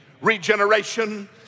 regeneration